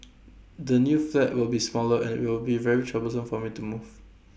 the new flat will be smaller and will be very troublesome for me to move